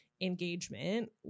engagement